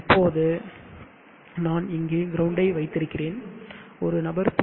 இப்போது நான் இங்கே கிரவுண்டை வைத்திருக்கிறேன் ஒரு நபர் பி